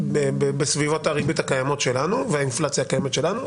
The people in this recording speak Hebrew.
בסביבות הריבית הקיימות שלנו והאינפלציה הקיימת שלנו.